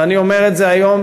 ואני אומר את זה היום,